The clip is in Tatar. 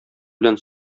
белән